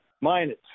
minus